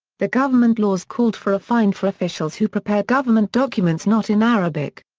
the government laws called for a fine for officials who prepared government documents not in arabic.